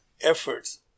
efforts